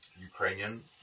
Ukrainian